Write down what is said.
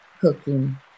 cooking